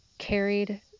carried